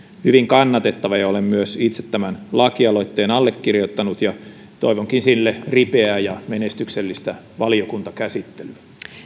hyvin kannatettava ja olen myös itse tämän lakialoitteen allekirjoittanut toivonkin sille ripeää ja menestyksellistä valiokuntakäsittelyä